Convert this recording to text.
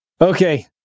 Okay